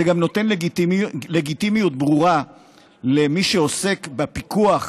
זה גם נותן לגיטימיות ברורה למי שעוסק בפיקוח,